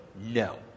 no